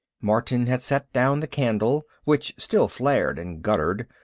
martin had set down the candle, which still flared and guttered,